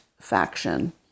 faction